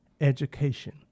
education